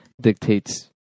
dictates